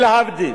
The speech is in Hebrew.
להבדיל,